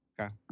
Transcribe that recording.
Okay